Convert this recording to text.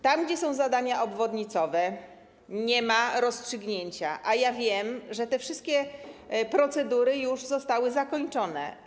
Tam gdzie są zadania obwodnicowe, nie ma rozstrzygnięcia, a wiem, że wszystkie procedury zostały już zakończone.